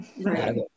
Right